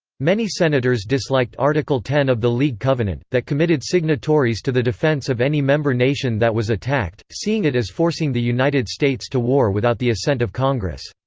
many senators disliked article x of the league covenant, that committed signatories to the defense of any member nation that was attacked, seeing it as forcing the united states to war without the assent of congress.